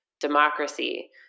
democracy